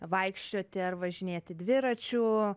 vaikščioti ar važinėti dviračiu